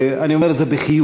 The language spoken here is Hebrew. ואני אומר את זה בחיוך,